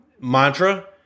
mantra